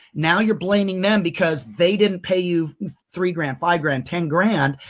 now you're blaming them because they didn't pay you three grand, five grand, ten grand,